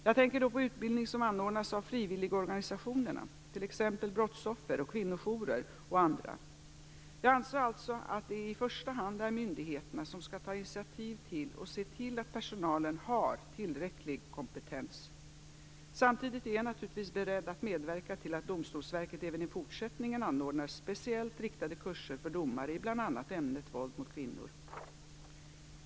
Jag tänker då på utbildning som anordnas av frivilligorganisationerna, t.ex. brottsoffer och kvinnojourer och andra. Jag anser alltså att det i första hand är myndigheterna som skall ta initiativ till och se till att personalen har tillräcklig kompetens. Samtidigt är jag naturligtvis beredd att medverka till att Domstolsverket även i fortsättningen anordnar speciellt riktade kurser för domare i bl.a. ämnet våld mot kvinnor.